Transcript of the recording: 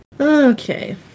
Okay